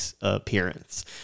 appearance